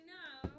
now